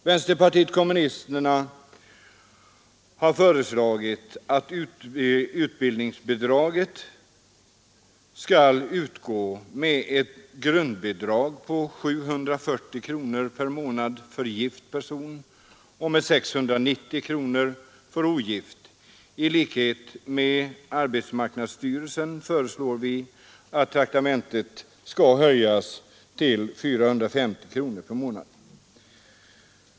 Vänsterpartiet kommunisterna har föreslagit att utbildningsbidraget skall utgå med ett grundbidrag på 740 kronor per månad för gift person och med 690 kronor för ogift. I likhet med arbetsmarknadsstyrelsen föreslår vi att traktamentet skall höjas till 450 kronor per månad.